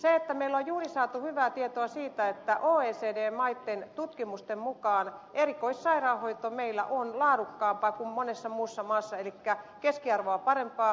meillä on juuri saatu hyvää tietoa siitä että oecd maiden tutkimusten mukaan erikoissairaanhoito on meillä laadukkaampaa kuin monessa muussa maassa eli keskiarvoa parempaa